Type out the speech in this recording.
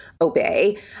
obey